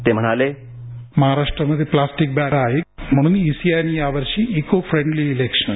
ते म्हणाले महाराष्ट्र मध्ये प्लास्टिक बँन आहे म्हणून इसीआइ ने या वर्षी इकोफ्रेडली इलेक्शन